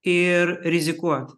ir rizikuot